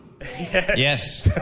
Yes